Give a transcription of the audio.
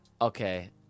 okay